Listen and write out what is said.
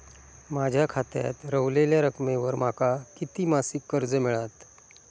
माझ्या खात्यात रव्हलेल्या रकमेवर माका किती मासिक कर्ज मिळात?